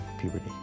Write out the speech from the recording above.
puberty